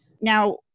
Now